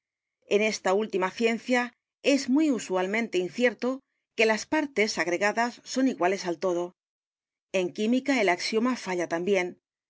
en esta última ciencia es muy usualmente incierto que las partes agregadas son iguales al todo en química el axioma falla también